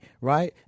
right